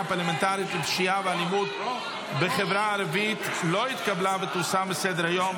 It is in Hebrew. פרלמנטרית לפשיעה ואלימות בחברה הערבית לא התקבלה ותוסר מסדר-היום.